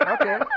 Okay